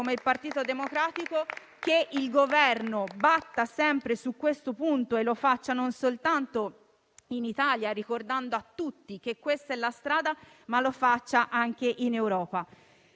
come Partito Democratico che il Governo batta sempre su quel punto e lo faccia non soltanto in Italia ricordando a tutti che questa è la strada, ma anche in Europa.